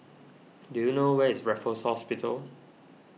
do you know where is Raffles Hospital